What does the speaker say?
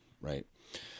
right